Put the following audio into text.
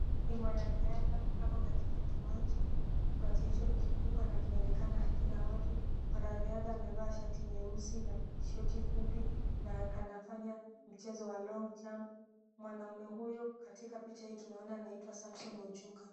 Ni mwanariadha. Ako katika kiwanja. Kiwanja hicho ni kikubwa na kinaonekana hakina watu. Mwanariadha amevaa shati nyeusi na shoti fupi na anafanya mchezo wa long jump . Mwanaume huyu katika picha hii tunaona anaitwa Samson Ojuka.